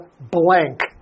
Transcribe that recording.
blank